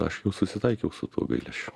aš jau susitaikiau su tuo gailesčiu